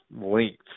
length